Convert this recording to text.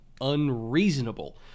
unreasonable